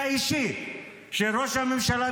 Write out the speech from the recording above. רגע, שנייה,